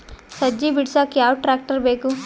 ಸಜ್ಜಿ ಬಿಡಸಕ ಯಾವ್ ಟ್ರ್ಯಾಕ್ಟರ್ ಬೇಕು?